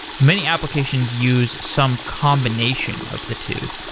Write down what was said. many applications use some combination of the two.